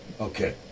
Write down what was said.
Okay